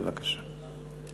בבקשה.